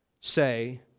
say